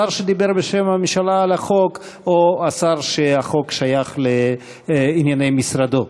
השר שדיבר בשם הממשלה על החוק או השר שהחוק שייך לענייני משרדו.